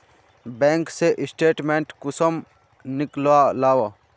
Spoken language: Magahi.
बैंक के स्टेटमेंट कुंसम नीकलावो?